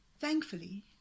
Thankfully